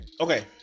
okay